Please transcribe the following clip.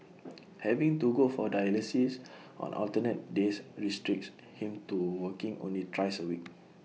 having to go for dialysis on alternate days restricts him to working only thrice A week